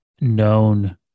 known